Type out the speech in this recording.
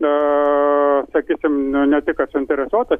na sakykim nu ne tik kad suinteresuotas